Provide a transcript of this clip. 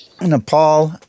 Nepal